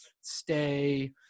stay